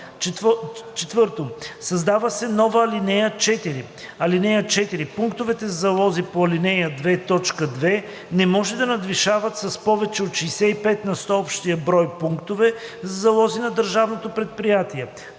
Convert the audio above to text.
4. Създава се нова ал. 4: „(4) Пунктовете за залози по ал. 2, т. 2 не може да надвишават с повече от 65 на сто общия брой пунктове за залози на държавното предприятие.